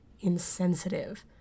insensitive